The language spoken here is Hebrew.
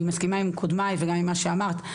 שאני מסכימה עם קודמי וגם עם מה שאמרת,